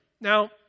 Now